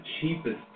cheapest